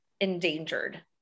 endangered